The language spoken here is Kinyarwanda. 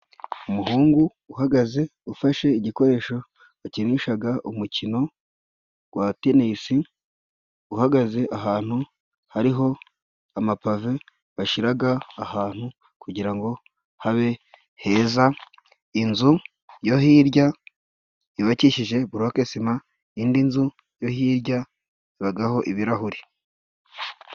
Umuhungu uhagaze ufashe igikoresho bakinisha umukino wa tenisi, uhagaze ahantu hari amapave, bashyira ahantu kugira ngo habe heza. Inzu yo hirya yubakishije borokesima, indi nzu yo hirya ibaho ibirahuri.